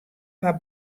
foar